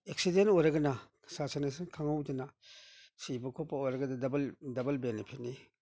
accident ꯑꯣꯏꯔꯒꯅ ꯁꯥꯁꯟ ꯑꯁꯤ ꯈꯪꯍꯧꯗꯅ ꯁꯤꯕ ꯈꯣꯠꯄ ꯑꯣꯏꯔꯒꯗꯤ ꯗꯕꯜ ꯗꯕꯜ ꯕꯦꯅꯤꯐꯤꯠꯅꯤ